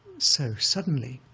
so suddenly,